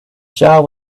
jaw